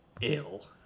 ill